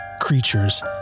creatures